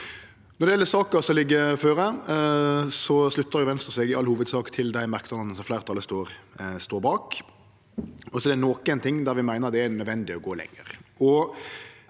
Når det gjeld saka som ligg føre, sluttar Venstre seg i all hovudsak til dei merknadene som fleirtalet står bak, og så er det nokre ting der vi meiner det er nødvendig å gå lenger.